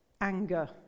anger